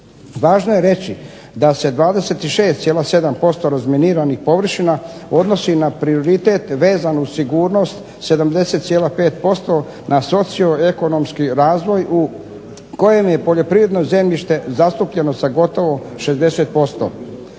Važno je reći da se 26,7% razminiranih površina odnosi na prioritet vezan uz sigurnost 70,5% na socioekonomski razvoj u kojem je poljoprivredno zemljište zastupljeno sa gotovo 60%.